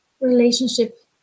relationship